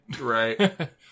Right